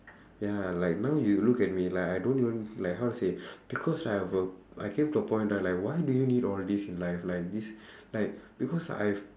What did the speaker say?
ya like now you look at me like I don't even like how to say because I have a I came to point right like why do you need all this in life like this like because I've